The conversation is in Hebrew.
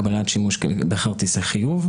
הגבלת שימוש בכרטיסי חיוב,